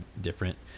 different